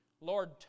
Lord